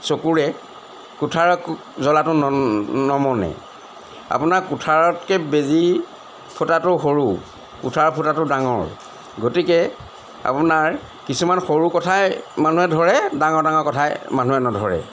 চকুৰে কুঠাৰ জ্বলাটো নমনে আপোনাৰ কুঠাৰতকে বেজি ফুটাটো সৰু কুঠাৰৰ ফুটাটো ডাঙৰ গতিকে আপোনাৰ কিছুমান সৰু কথাই মানুহে ধৰে ডাঙৰ ডাঙৰ কথাই মানুহে নধৰে